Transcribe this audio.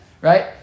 right